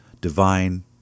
divine